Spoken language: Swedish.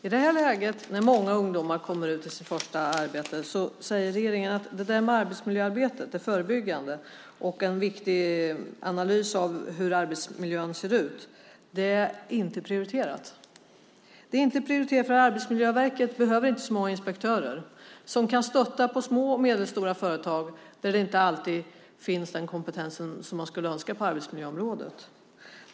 I det här läget, när många ungdomar kommer ut i sitt första arbete, säger regeringen att det förebyggande arbetsmiljöarbetet och analysen av hur arbetsmiljön ser ut inte är prioriterat. Det är inte prioriterat, för Arbetsmiljöverket behöver tydligen inte så många inspektörer som kan stötta på små och medelstora företag, där den kompetens som man skulle önska på arbetsmiljöområdet inte alltid finns.